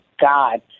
God